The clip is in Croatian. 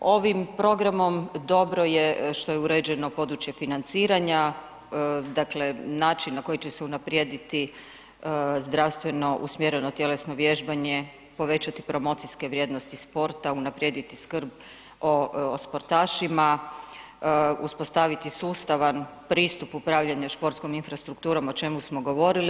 Ovim programom dobro je što je uređeno područje financiranja, dakle način na koji će se unaprijediti zdravstveno usmjereno tjelesno vježbanje, povećati promocijske vrijednosti sporta, unaprijediti skrb o sportašima, uspostaviti sustavan pristup upravljanja športskom infrastrukturom o čemu smo govorili.